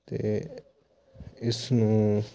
ਅਤੇ ਇਸਨੂੰ